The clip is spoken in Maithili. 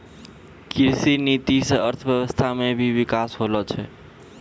कृषि नीति से अर्थव्यबस्था मे भी बिकास होलो छै